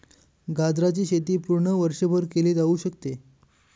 गाजराची शेती पूर्ण वर्षभर केली जाऊ शकते